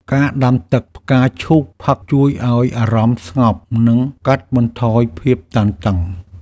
ការដាំទឹកផ្កាឈូកផឹក ជួយឱ្យអារម្មណ៍ស្ងប់ និងកាត់បន្ថយភាពតានតឹង។